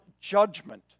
judgment